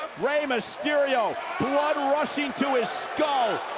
rey mysterio blood rushing to his skull.